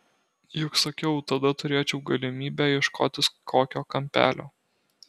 juk sakiau tada turėčiau galimybę ieškotis kokio kampelio